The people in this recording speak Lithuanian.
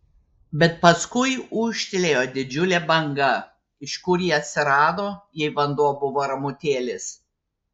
bet paskui ūžtelėjo didžiulė banga iš kur ji atsirado jei vanduo buvo ramutėlis